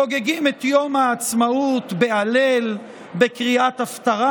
חוגגים את יום העצמאות בהלל, בקריאת הפטרה.